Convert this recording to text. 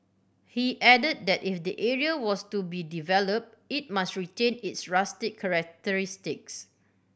he added that if the area was to be developed it must retain its rustic